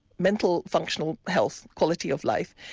mental functional health, quality of life,